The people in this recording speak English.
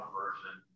version